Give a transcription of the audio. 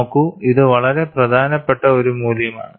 നോക്കൂ ഇത് വളരെ പ്രധാനപ്പെട്ട ഒരു മൂല്യമാണ്